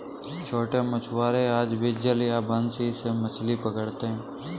छोटे मछुआरे आज भी जाल या बंसी से मछली पकड़ते हैं